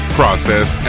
process